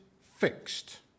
fixed